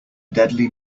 deadly